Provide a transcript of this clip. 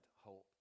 hope